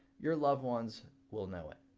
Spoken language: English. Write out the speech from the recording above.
your love ones will know it.